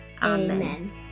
Amen